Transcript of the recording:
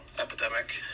epidemic